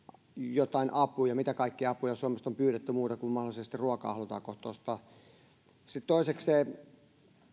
jotain apuja mitä kaikkia apuja suomesta on pyydetty muuta kuin mahdollisesti ruokaa halutaan kohta ostaa sitten toisekseen